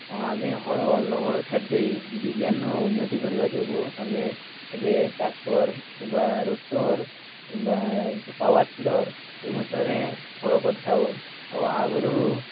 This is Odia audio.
ଆମେ ହଳ ଲଙ୍ଗଳ ଛାଡ଼ିଦେଇ ବିଜ୍ଞାନ ଉନ୍ନତି କରିବା ଯୋଗୁଁ ଆମେ ଏବେ ଟ୍ରାକ୍ଟର୍ କିମ୍ବା ରୁଟର୍ କିମ୍ବା ପାୱାର୍ଟିଲର୍ ସେହି ମଧ୍ୟରେ ହଳ କରିଥାଉ ଆଉ ଆଗରୁ